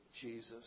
Jesus